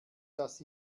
dass